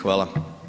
Hvala.